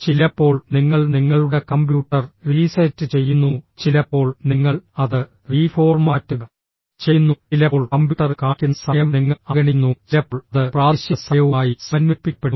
ചിലപ്പോൾ നിങ്ങൾ നിങ്ങളുടെ കമ്പ്യൂട്ടർ റീസെറ്റ് ചെയ്യുന്നു ചിലപ്പോൾ നിങ്ങൾ അത് റീഫോർമാറ്റ് ചെയ്യുന്നു ചിലപ്പോൾ കമ്പ്യൂട്ടറിൽ കാണിക്കുന്ന സമയം നിങ്ങൾ അവഗണിക്കുന്നു ചിലപ്പോൾ അത് പ്രാദേശിക സമയവുമായി സമന്വയിപ്പിക്കപ്പെടുന്നു